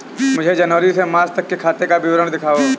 मुझे जनवरी से मार्च तक मेरे खाते का विवरण दिखाओ?